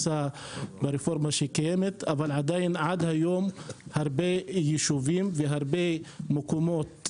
אבל עד היום יש הרבה יישובים ומקומות,